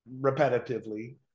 repetitively